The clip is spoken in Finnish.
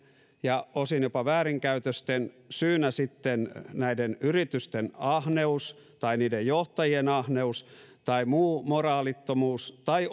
ja osin jopa väärinkäytösten syynä sitten yritysten ahneus tai niiden johtajien ahneus tai muu moraalittomuus tai